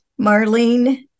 marlene